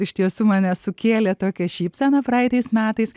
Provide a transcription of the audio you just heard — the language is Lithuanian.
iš tiesų man net sukėlė tokią šypseną praeitais metais